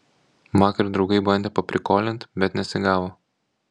vakar draugai bandė paprikolint bet nesigavo